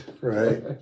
right